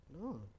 No